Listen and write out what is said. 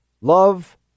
Love